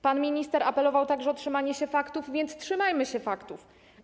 Pan minister apelował także o trzymanie się faktów, więc trzymajmy się faktów.